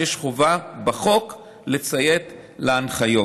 שיש חובה בחוק לציית להנחיות.